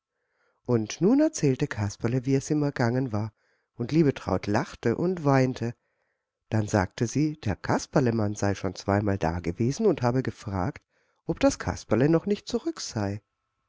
und nun erzählte kasperle wie es ihm ergangen war und liebetraut lachte und weinte dann sagte sie der kasperlemann sei schon zweimal dagewesen und habe gefragt ob das kasperle noch nicht zurück sei